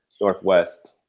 Northwest